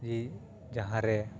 ᱡᱮ ᱡᱟᱦᱟᱸ ᱨᱮ